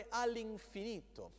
all'infinito